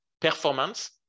performance